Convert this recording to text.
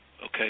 Okay